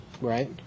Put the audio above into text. Right